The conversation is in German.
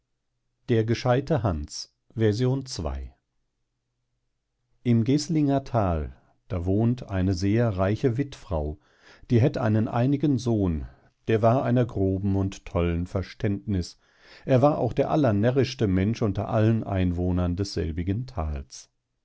im geslinger thal da wohnt eine sehr reiche wittfrau die hätt einen einigen sohn der war einer groben und tollen verständniß er war auch der allernärrischte mensch unter allen einwohnern desselbigen thals